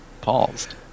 paused